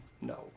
No